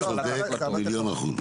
אתה צודק במיליון אחוז.